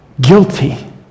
guilty